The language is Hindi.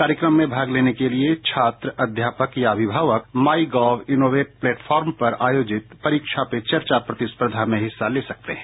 कार्यक्रम में भाग लेने के लिए छात्र अध्यापक या अभिभावक श्माई गोव इनोवेट प्लेटफार्मश पर आयोजित परीक्षा पे चर्चा प्रतिस्पर्धा में हिस्सा ले सकते हैं